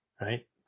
right